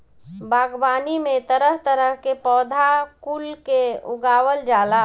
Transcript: बागवानी में तरह तरह के पौधा कुल के उगावल जाला